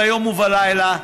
ביום ובלילה,